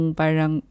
parang